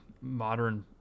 modern